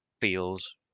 feels